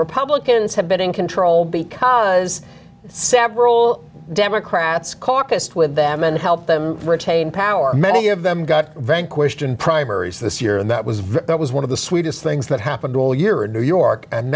republicans have been in control because several democrats caucused with them and help them retain power many of them got vanquished in primaries this year and that was very that was one of the sweetest things that happened all year in new york and